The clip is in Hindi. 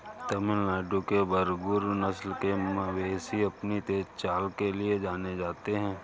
तमिलनाडु के बरगुर नस्ल के मवेशी अपनी तेज चाल के लिए जाने जाते हैं